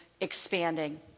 expanding